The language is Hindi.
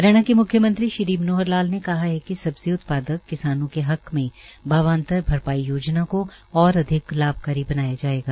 हरियाणा के मुख्यमंत्री श्री मनोहर लाल ने कहा कि सब्जी उत्पादक किसानो के हक में भावांतर भरपाई योजना को और अधिक लाभकारी बनाया जाएगा